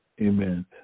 Amen